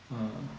!huh!